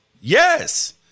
Yes